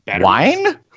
Wine